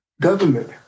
government